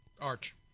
Arch